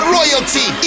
Royalty